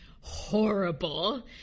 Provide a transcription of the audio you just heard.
horrible